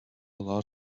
lot